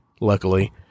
luckily